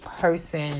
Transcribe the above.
person